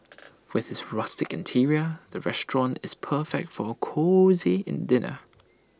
with its rustic interior the restaurant is perfect for A cosy in dinner